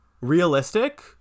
realistic